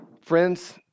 friends